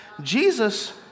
Jesus